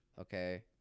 okay